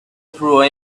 through